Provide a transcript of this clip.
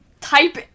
type